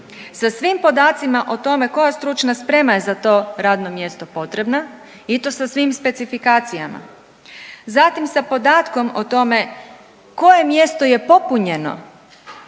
sa svim podacima o tome koja stručna sprema je za to radno mjesto potrebna i to sa svim specifikacijama, zatim sa podatkom o tome koje mjesto je popunjeno